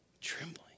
Trembling